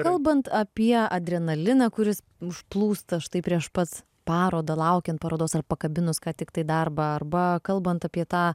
kalbant apie adrenaliną kuris užplūsta štai prieš pat parodą laukiant parodos ar pakabinus ką tiktai darbą arba kalbant apie tą